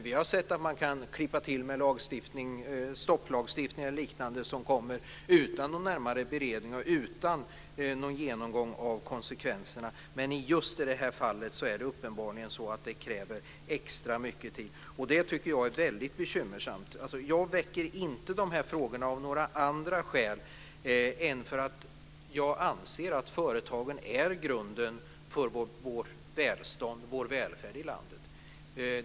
Vi har sett att man kan klippa till med en lagstiftning, stopplagstiftning och liknande, utan någon närmare beredning och utan någon genomgång av konsekvenserna. Men i just det här fallet krävs det uppenbarligen extra mycket tid. Det tycker jag är väldigt bekymmersamt. Jag väcker inte de här frågorna av några andra skäl än att jag anser att företagen är grunden för vårt välstånd och vår välfärd i landet.